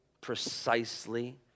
precisely